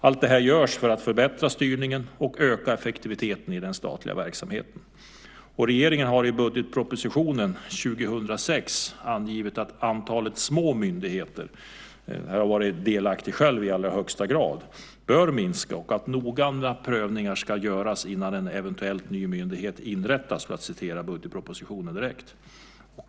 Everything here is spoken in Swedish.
Allt det här görs för att förbättra styrningen och öka effektiviteten i den statliga verksamheten. Regeringen har i budgetpropositionen för 2006 angivit att antalet små myndigheter - här har jag varit delaktig själv i allra högsta grad - bör minska och att noggranna prövningar ska göras innan en eventuell ny myndighet inrättas, för att citera budgetpropositionen direkt.